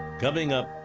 coming up,